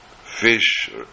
fish